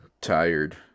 tired